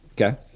Okay